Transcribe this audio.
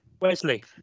Wesley